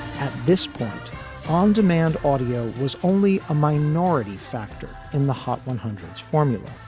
at this point on demand, audio was only a minority factor in the hot one hundred s formula.